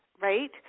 right